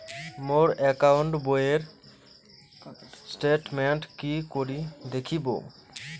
মোর account বইয়ের statement কি করি দেখিম?